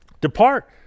Depart